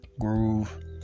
groove